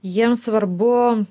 jiem svarbu